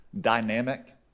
dynamic